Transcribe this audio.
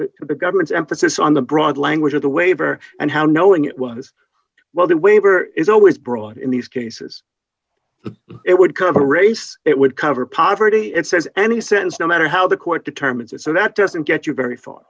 to the government's emphasis on the broad language of the waiver and how knowing it was well that waiver is always brought in these cases it would cover a race it would cover poverty it says any sense no matter how the court determines it so that doesn't get you very far